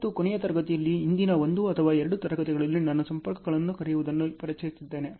ಮತ್ತು ಕೊನೆಯ ತರಗತಿಯಲ್ಲಿ ಹಿಂದಿನ 1 ಅಥವಾ 2 ತರಗತಿಗಳಲ್ಲಿ ನಾನು ಸಂಪರ್ಕಗಳನ್ನು ಕರೆಯುವದನ್ನು ಪರಿಚಯಿಸಿದ್ದೇನೆ